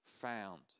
found